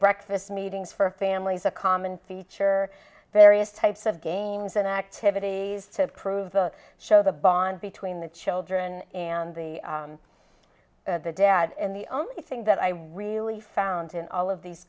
breakfast meetings for families a common feature various types of games and activities to prove the show the bond between the children and the dad and the only thing that i really found in all of these